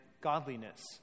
godliness